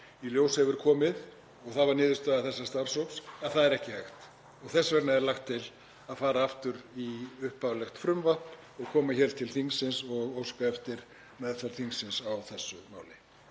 Í ljós hefur komið, og það var niðurstaða þessa starfshóps, að það er ekki hægt og þess vegna er lagt til að fara aftur í upphaflegt frumvarp og óska eftir meðferð þingsins á þessu máli.